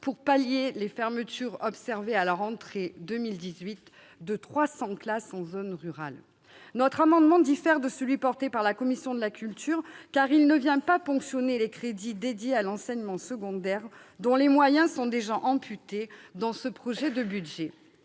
pour pallier les fermetures observées à la rentrée de 2018 de 300 classes en zone rurale. Notre amendement diffère de celui porté par la commission de la culture, car il ne vient pas ponctionner les crédits dédiés à l'enseignement secondaire, dont les moyens sont déjà amputés dans ce projet de budget.